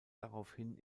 daraufhin